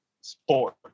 sport